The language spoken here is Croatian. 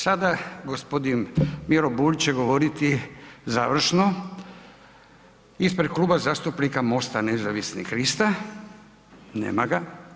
Sada, g. Miro Bulj će govoriti završno ispred Kluba zastupnika MOST-a Nezavisnih lista, nema ga.